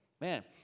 Man